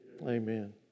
Amen